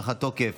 הארכת תוקף),